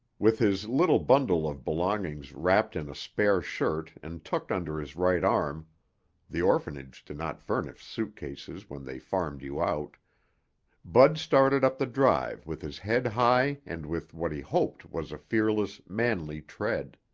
with his little bundle of belongings wrapped in a spare shirt and tucked under his right arm the orphanage did not furnish suitcases when they farmed you out bud started up the drive with his head high and with what he hoped was a fearless, manly tread.